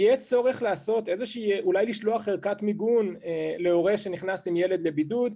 יהיה צורך אולי לשלוח ערכת מיגון להורה שנכנס עם ילד לבידוד,